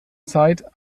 zeit